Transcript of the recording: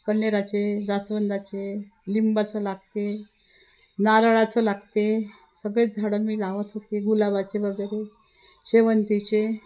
कण्हेराचे जास्वंदाचे लिंबाचं लागते नारळाचं लागते सगळेच झाडं मी लावत होते गुलाबाचे वगैरे शेवंतीचे